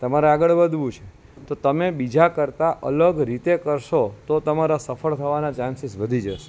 તમારા આગળ વધવું છે તો તમે બીજા કરતાં અલગ રીતે કરશો તો તમારા સફળ થવાના ચાન્સીસ વધી જશે